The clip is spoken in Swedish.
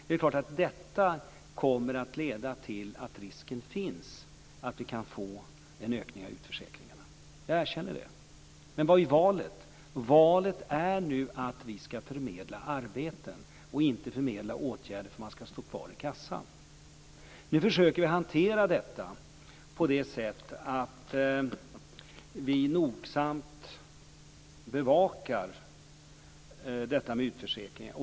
Det är klart att detta kommer att leda till att risken finns att vi kan få en ökning av utförsäkringarna. Jag erkänner det. Men vad är valet? Vi skall nu förmedla arbeten och inte förmedla åtgärder för att man skall stå kvar i kassan. Vi försöker hantera det på så sätt att vi nogsamt bevakar detta med utförsäkringar.